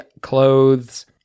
clothes